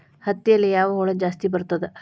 ಹತ್ತಿಯಲ್ಲಿ ಯಾವ ಹುಳ ಜಾಸ್ತಿ ಬರುತ್ತದೆ?